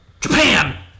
Japan